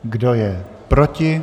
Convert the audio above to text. Kdo je proti?